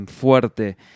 fuerte